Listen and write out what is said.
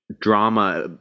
drama